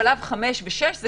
שלב 5 ו-6 זה